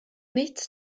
nichts